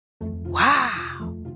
Wow